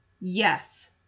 Yes